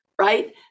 right